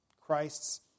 Christ's